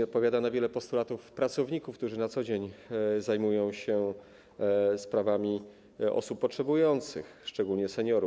Odpowiada na wiele postulatów pracowników, którzy na co dzień zajmują się sprawami osób potrzebujących, szczególnie seniorów.